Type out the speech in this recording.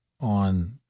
on